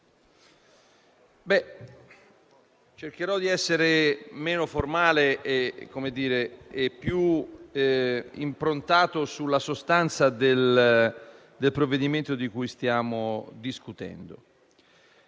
cercherò di essere meno formale e più improntato alla sostanza del provvedimento di cui stiamo discutendo.